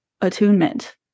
attunement